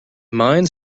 mines